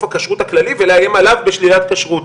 הכשרות הכללי ולאיים עליו בשלילת כשרות.